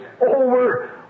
over